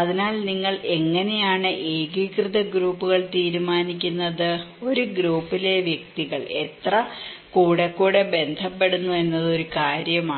അതിനാൽ നിങ്ങൾ എങ്ങനെയാണ് ഏകീകൃത ഗ്രൂപ്പുകൾ തീരുമാനിക്കുന്നത് ഒരു ഗ്രൂപ്പിലെ വ്യക്തികൾ എത്ര കൂടെക്കൂടെ ബന്ധപ്പെടുന്നു എന്നത് ഒരു കാര്യമാണ്